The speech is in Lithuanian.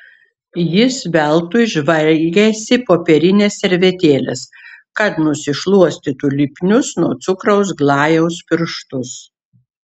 jis veltui žvalgėsi popierinės servetėlės kad nusišluostytų lipnius nuo cukraus glajaus pirštus